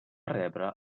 rebre